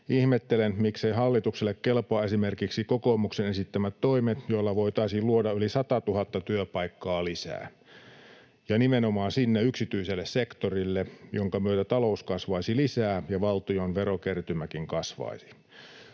Ihmettelen, mikseivät hallitukselle kelpaa esimerkiksi kokoomuksen esittämät toimet, joilla voitaisiin luoda yli 100 000 työpaikkaa lisää — nimenomaan sinne yksityiselle sektorille, minkä myötä talous kasvaisi lisää ja valtion verokertymäkin kasvaisi.